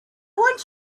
want